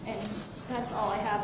and that's all i have